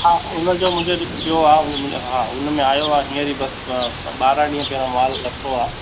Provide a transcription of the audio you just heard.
हा उनजो मुंहिंजो जेको पियो आहे उनमें म हा उनमें आयो आहे हीअंर ई बसि ॿारहं ॾींहं पहिरियों मालु लथो आहे